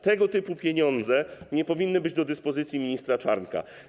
Tego typu pieniądze nie powinny być do dyspozycji ministra Czarnka.